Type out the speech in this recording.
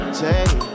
take